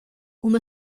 uma